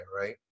right